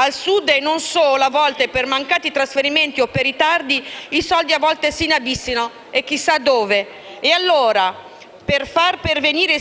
Al Sud e non solo, a volte, per mancati trasferimenti o per ritardi, i soldi si inabissano chissà dove. E allora, per dare un miglior